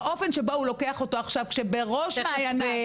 והאופן שבו הוא לוקח אותו עכשיו כשבראש מעייניו